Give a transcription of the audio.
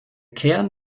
kern